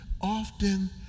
often